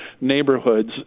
neighborhoods